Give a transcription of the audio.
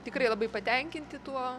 tikrai labai patenkinti tuo